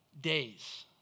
days